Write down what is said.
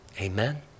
Amen